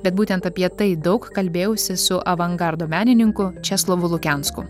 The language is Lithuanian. bet būtent apie tai daug kalbėjausi su avangardo menininku česlovu lukensku